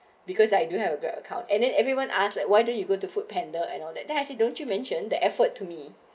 because I do have a great account and then everyone ask like why did you go to foodpanda and all that then I say don't you mention the effort to me